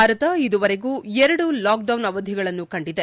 ಭಾರತ ಇದುವೆರೆಗೂ ಎರಡು lockdown ಅವಧಿಗಳನ್ನು ಕಂಡಿದೆ